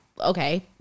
Okay